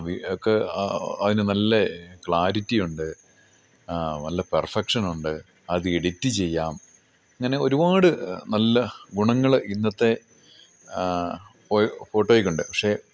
നിങ്ങൾക്ക് ആ അതിന് നല്ല ക്ലാരിറ്റിയൊണ്ട് നല്ല പെർഫെക്ഷനൊണ്ട് അത് എഡിറ്റ് ചെയ്യാം അങ്ങനെ ഒരുപാട് നല്ല ഗുണങ്ങൾ ഇന്നത്തെ ഫോട്ടോയ്ക്കൊണ്ട് പക്ഷേ